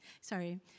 sorry